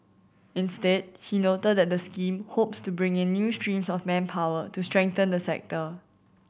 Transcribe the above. instead he noted that the scheme hopes to bring in new streams of manpower to strengthen the sector